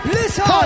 Listen